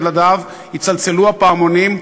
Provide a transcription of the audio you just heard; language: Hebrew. יצלצלו הפעמונים,